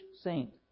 saint